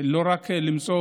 לא רק למצוא